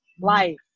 Life